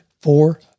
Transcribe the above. Four